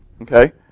okay